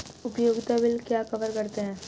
उपयोगिता बिल क्या कवर करते हैं?